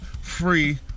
free